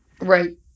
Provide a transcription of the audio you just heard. Right